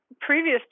Previous